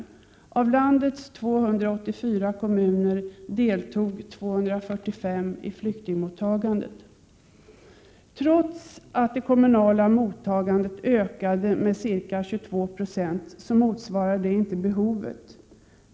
Av landets 284 kommuner deltog 245 i flyktingmottagandet. Trots att det kommunala mottagandet ökade med ca 22 26 motsvarade det inte behovet.